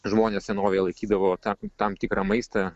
žmonės senovėje laikydavo tą tam tikrą maistą